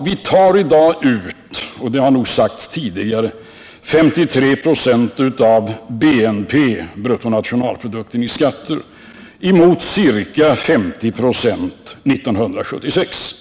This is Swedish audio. Vi tar i dag ut — och det har nog sagts tidigare — 53 96 av bruttonationalprodukten i skatter, mot ca 50 26 år 1976.